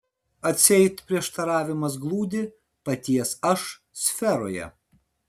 atseit prieštaravimas glūdi paties aš sferoje